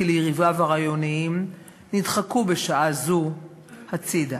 ליריביו הרעיוניים נדחקו בשעה זו הצדה.